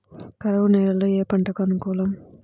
కరువు నేలలో ఏ పంటకు అనుకూలం?